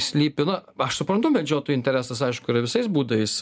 slypi na aš suprantu medžiotojų interesas aišku yra visais būdais